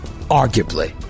Arguably